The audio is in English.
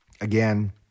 Again